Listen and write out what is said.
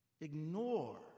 ignore